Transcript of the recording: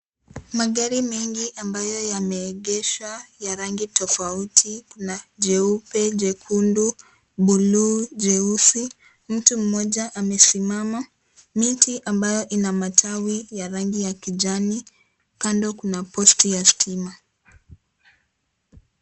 Magari mengi ambayo yameegeshwa ya rangi tofauti kuna jeuepe, jekundu buluu, jeusi, mtu mmoja amesimama, miti ambayo ina matawi ya rangi ya kijani kando kuna posti ya stima.